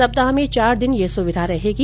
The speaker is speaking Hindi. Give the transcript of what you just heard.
सप्ताह में चार दिन यह सुविधा रहेगी